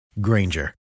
Granger